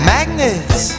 Magnets